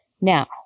Now